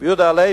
רבי יהודה הלוי,